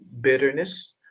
bitterness